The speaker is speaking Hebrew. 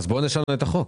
נשנה את החוק.